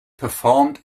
performed